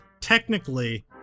Technically